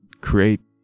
create